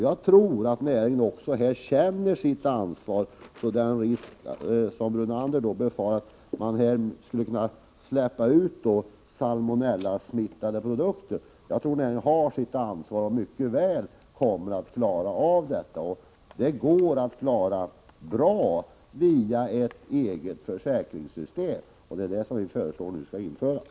Jag tror att näringen också känner sitt ansvar och att det inte finns någon risk, vilket Lennart Brunander befarar, att det skulle kunna släppas ut salmonellasmittade produkter. Jag tror att det här går att klara mycket bra via ett eget försäkringssystem, och det är ett sådant som vi föreslår skall införas.